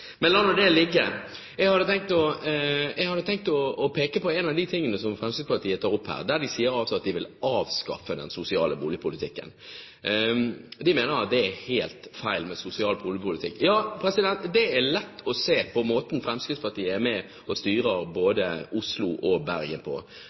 Men la nå det ligge. Jeg hadde tenkt å peke på en av de tingene som Fremskrittspartiet tar opp her, der de sier at de vil avskaffe den sosiale boligpolitikken. De mener at det er helt feil med sosial boligpolitikk. Ja, det er lett å se på måten Fremskrittspartiet er med og styrer